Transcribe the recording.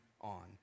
on